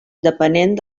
depenent